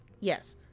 Yes